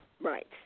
right